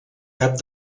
cap